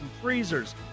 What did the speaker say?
freezers